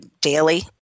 daily